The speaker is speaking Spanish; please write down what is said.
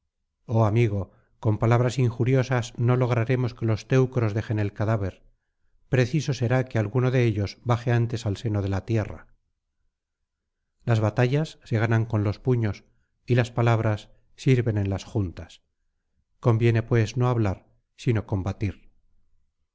oh amigo con palabras injuriosas no lograremos que los teucros dejen el cadáver preciso será que alguno de ellos baje antes al seno de la tierra las batallas se ganan con los puños y las palabras sirven en las juntas conviene pues no hablar sino combatir